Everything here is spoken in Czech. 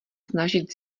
snažit